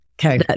Okay